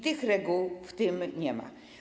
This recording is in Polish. Tych reguł w tym nie ma.